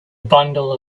bundle